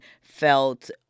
felt